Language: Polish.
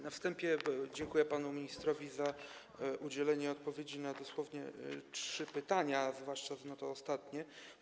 Na wstępie dziękuję panu ministrowi za udzielenie odpowiedzi na dosłownie trzy pytania, a zwłaszcza na to ostatnie pytanie.